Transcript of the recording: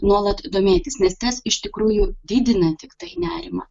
nuolat domėtis nes tas iš tikrųjų didina tiktai nerimą